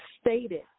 stated